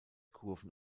kurven